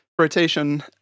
rotation